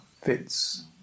fits